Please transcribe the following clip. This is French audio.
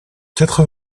quatre